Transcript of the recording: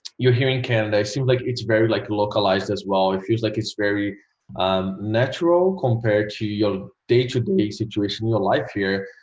you're here in canada seems like it's very like localized as well it. i feel like it's very natural compared to your day-to-day situation in your life here.